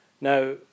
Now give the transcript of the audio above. now